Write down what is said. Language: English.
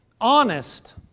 honest